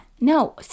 No